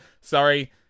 sorry